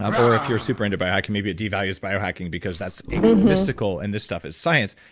um or if you're super into biohacking maybe it devalues biohacking because that's ancient mystical and this stuff is science.